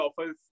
offers